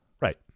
Right